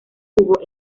jugó